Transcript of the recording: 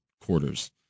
quarters